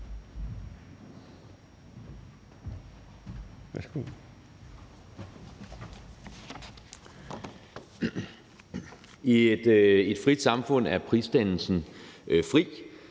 I et frit samfund er prisdannelsen fri.